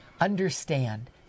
understand